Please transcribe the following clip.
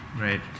right